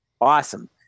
awesome